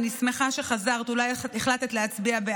אני מוסיף לך דקה של ההפרעות.